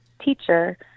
teacher